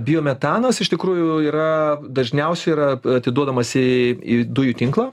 biometanas iš tikrųjų yra dažniausiai yra atiduodamas į į dujų tinklą